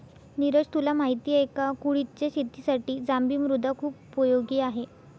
निरज तुला माहिती आहे का? कुळिथच्या शेतीसाठी जांभी मृदा खुप उपयोगी आहे